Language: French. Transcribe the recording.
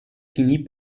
finit